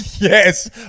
yes